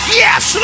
yes